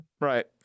Right